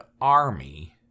army